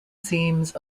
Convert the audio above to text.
seems